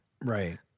Right